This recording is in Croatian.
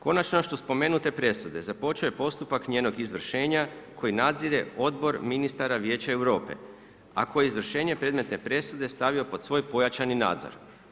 Konačno … započeo je postupak njenog izvršenja koji nadzire Odbor ministara Vijeća Europe a koji je izvršenje predmetne presude stavio pod svoj pojačani nadzor.